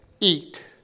eat